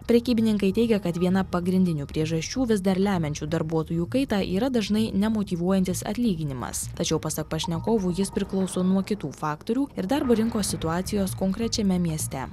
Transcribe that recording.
prekybininkai teigia kad viena pagrindinių priežasčių vis dar lemiančių darbuotojų kaitą yra dažnai nemotyvuojantis atlyginimas tačiau pasak pašnekovų jis priklauso nuo kitų faktorių ir darbo rinkos situacijos konkrečiame mieste